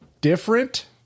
different